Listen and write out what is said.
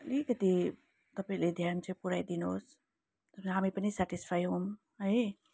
अलिकति तपाईँले ध्यान चाहिँ पुर्याइ दिनुहोस् र हामी पनि सेटिसफाई हौँ है